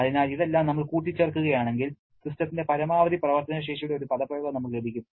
അതിനാൽ ഇതെല്ലാം നമ്മൾ കൂട്ടിച്ചേർക്കുകയാണെങ്കിൽ സിസ്റ്റത്തിന്റെ പരമാവധി പ്രവർത്തന ശേഷിയുടെ ഒരു പദപ്രയോഗം നമുക്ക് ലഭിക്കും